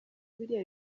biriya